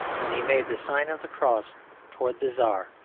when he made the sign of the cross towards the czar,